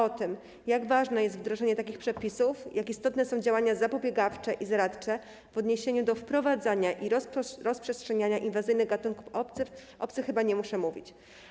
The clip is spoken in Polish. O tym, jak ważne jest wdrożenie takich przepisów, jak istotne są działania zapobiegawcze i zaradcze w odniesieniu do wprowadzania i rozprzestrzeniania inwazyjnych gatunków obcych, chyba nie muszę mówić.